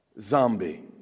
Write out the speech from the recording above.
zombie